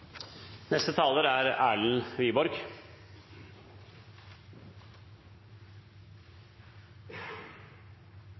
Neste taler er